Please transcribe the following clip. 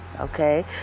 Okay